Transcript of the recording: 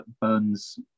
Burns